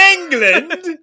England